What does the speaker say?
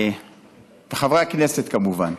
חברי הכנסת, כמובן,